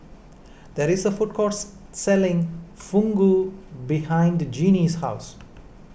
there is a food courts selling Fugu behind Jeanie's house